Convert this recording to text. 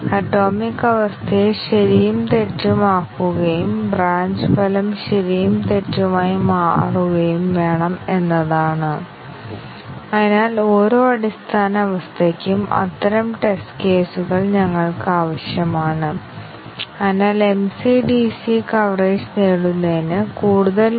അതിനാൽ എക്സ്പ്രഷനിൽ ഒരേയൊരു നിബന്ധന മാത്രമേ ഉള്ളൂവെങ്കിൽ ബ്രാഞ്ച് കവറേജും കണ്ടീഷൻ കവറേജും ഒരേ സമയം എന്നാൽ ഒന്നിലധികം നിബന്ധനകൾ ഉണ്ടാകുമ്പോൾ ഉപാധികൾ ഉപാധികളോടെ ബ്രാഞ്ച് കവറേജ് നേടാൻ എല്ലാ ബഗുകളും കണ്ടെത്താനാകില്ല